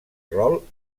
rol